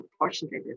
unfortunately